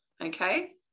okay